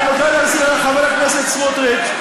אני רוצה להזכיר לחבר הכנסת סמוטריץ,